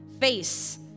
Face